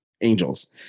angels